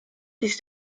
these